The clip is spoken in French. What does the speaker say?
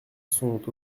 sont